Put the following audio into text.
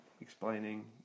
Explaining